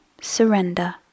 surrender